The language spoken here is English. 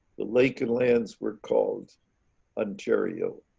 the lake and lands were called ontario.